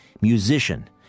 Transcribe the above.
musician